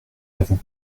n’avons